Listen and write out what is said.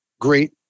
great